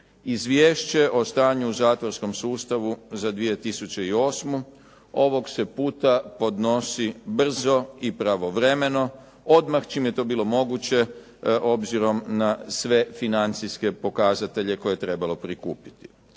Izvješće o stanju u zatvorskom sustavu za 2008. ovog se puta podnosi brzo i pravovremeno, odmah čim je to bilo moguće obzirom na sve financijske pokazatelje koje je trebalo prikupiti.